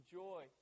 joy